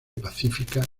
pacífica